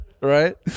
right